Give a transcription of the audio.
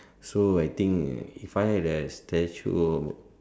so I think if I have a statue